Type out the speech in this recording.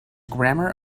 grammar